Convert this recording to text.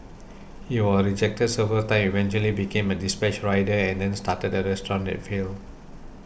he was rejected several times eventually became a dispatch rider and then started a restaurant that failed